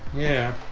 yeah,